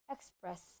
Express